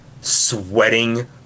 sweating